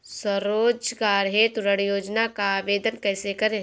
स्वरोजगार हेतु ऋण योजना का आवेदन कैसे करें?